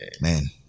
man